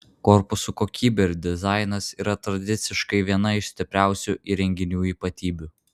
korpusų kokybė ir dizainas yra tradiciškai viena iš stipriausių įrenginių ypatybių